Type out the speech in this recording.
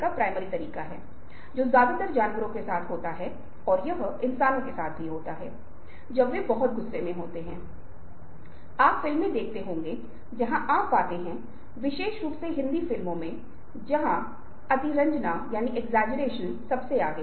आइए हम व्यवसायिक जीवन में आते हैं और इतिहास हमें बताता है कि अनुसंधानों ने हमें जो कुछ समय पहले बताया था उसके बावजूद चेहरे बहुत ही अप्रत्याशित हैं जो अधिकांश मामलों के लिए सही हो सकता है